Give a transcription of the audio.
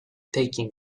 taking